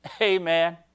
Amen